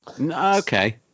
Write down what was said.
Okay